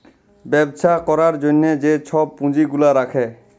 ব্যবছা ক্যরার জ্যনহে যে ছব পুঁজি গুলা রাখে